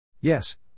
Yes